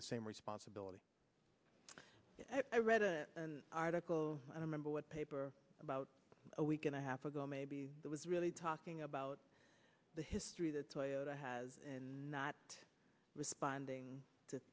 the same responsibility i read an article i remember what paper about a week and a half ago maybe it was really talking about the history that toyota has and not responding to